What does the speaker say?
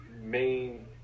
main